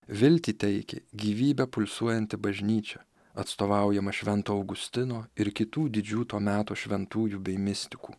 viltį teikė gyvybe pulsuojanti bažnyčia atstovaujama švento augustino ir kitų didžių to meto šventųjų bei mistikų